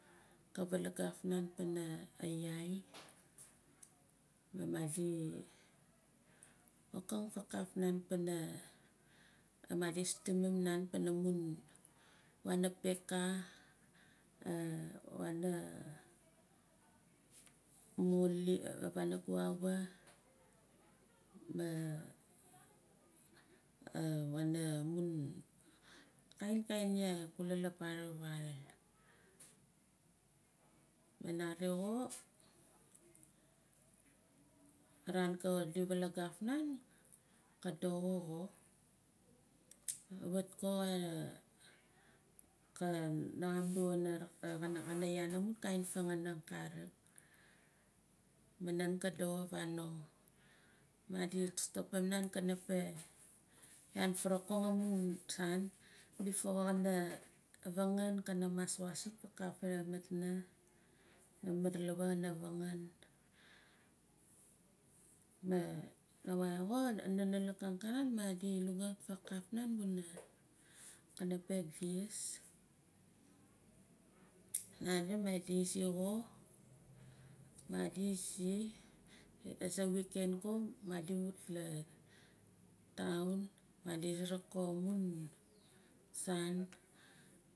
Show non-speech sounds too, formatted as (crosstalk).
Ka valagaf nan pana ayai ma madi wokang faakaf nan pana maa stimim nan pana muun wana peka (hesitation) wana moli wana guava maa wana mun kainkain yai kula la para vaal ma nare xo lavaan di valagaf nan ka doxo kawit ko ka naxam yaan amun kain fanganing karik maa naan ka doxo vanong. Madi stopin nan kana peh yaan varawuk amun saan. Before ka vangan kana wasim fakaaf amitna la maar lawa kana vangan ma nawai xo a nalik anganon madi lukaut fakaaf nan wuna kana peh gis nare madi izi xo madi izi aza wikeng ko madi wut la taun madi suruk ko amun saan.